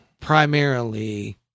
primarily